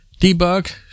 debug